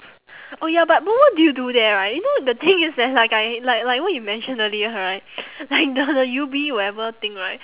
oh ya but but what do you do there right you know the thing is that like I like like what you mentioned earlier right like the the U_B whatever thing right